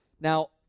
Now